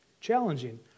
challenging